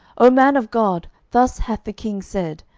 o man of god, thus hath the king said,